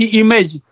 image